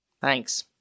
thanks